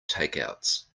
takeouts